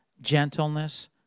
gentleness